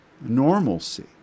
normalcy